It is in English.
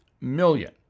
million